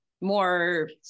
more